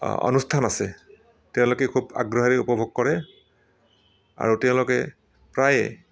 অনুষ্ঠান আছে তেওঁলোকে খুব আগ্ৰহেৰে উপভোগ কৰে আৰু তেওঁলোকে প্ৰায়ে